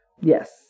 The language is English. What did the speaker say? Yes